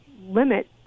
limit